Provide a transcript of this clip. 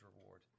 reward